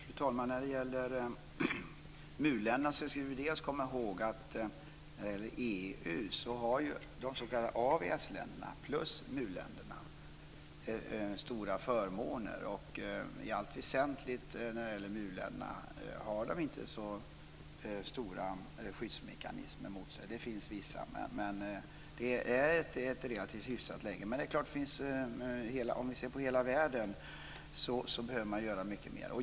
Fru talman! När det gäller MUL-länderna ska vi dels komma ihåg att de s.k. AVS-länderna och MUL länderna har stora förmåner i förhållande till EU. I allt väsentligt har de s.k. MUL-länderna inte så stora skyddsmekanismer mot sig. Det finns vissa, men det är ett relativt hyfsat läge. Men om vi ser på hela världen märker vi att man behöver göra mycket mer.